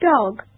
dog